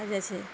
खाइ जाइ छै